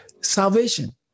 salvation